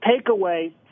takeaway